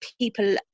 people